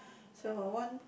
so one